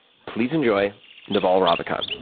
please enjoy naval ravikant.